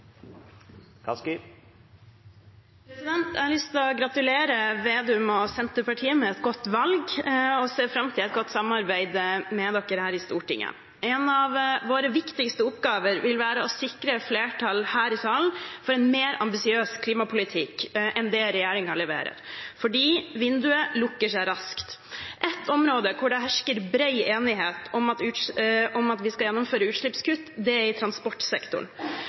varslet. Jeg har lyst til å gratulere Slagsvold Vedum og Senterpartiet med et godt valg og ser fram til et godt samarbeid med dem her i Stortinget. En av våre viktigste oppgaver vil være å sikre flertall her i salen for en mer ambisiøs klimapolitikk enn det regjeringen leverer, for vinduet lukker seg raskt. Ett område hvor det hersker bred enighet om at vi skal gjennomføre utslippskutt, er transportsektoren. Dessverre er vi her mer enige om målet enn om tiltakene, og det